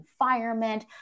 environment